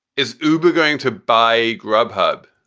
is uber going to buy grubhub?